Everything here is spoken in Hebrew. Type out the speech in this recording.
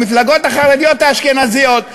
ומהמפלגות החרדיות האשכנזיות,